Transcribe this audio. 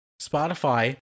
Spotify